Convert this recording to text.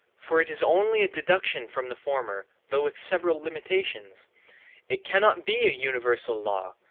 for it is only a deduction from the former, though with several limitations it cannot be a universal law,